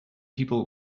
people